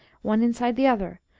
one inside the other,